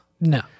no